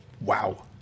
wow